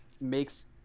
makes